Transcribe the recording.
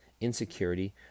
insecurity